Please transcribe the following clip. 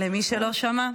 למי שלא שמע.